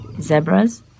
zebras